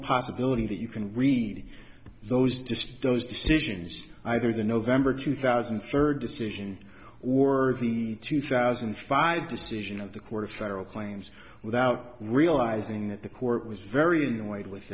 possibility that you can read those decisions those decisions either the november two thousand third decision or the two thousand and five decision of the court of federal claims without realizing that the court was very annoyed with